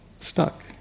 stuck